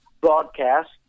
broadcast